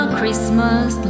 Christmas